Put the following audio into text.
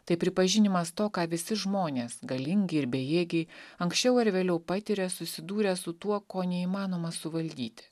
tai pripažinimas to ką visi žmonės galingi ir bejėgiai anksčiau ar vėliau patiria susidūrę su tuo ko neįmanoma suvaldyti